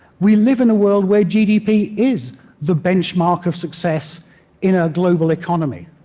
we live in a world where gdp is the benchmark of success in a global economy.